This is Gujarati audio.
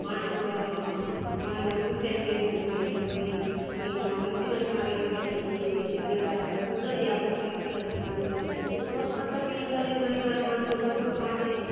માણસ ઘણી વાર સુસાઇટ કર્યું હોય છે કોઈ એક્સિડન્ટમાં એક્સપાયર થયું હોય છે ઘણી વાર કુદરતી આફતમાં એક્સપાયર થયું હોય છે તો પોસ્ટમોર્ટમની અંદરએ ઘણી વાર માણસો બચવા માટે